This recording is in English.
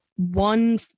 one